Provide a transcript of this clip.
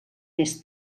més